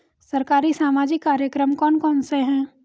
सरकारी सामाजिक कार्यक्रम कौन कौन से हैं?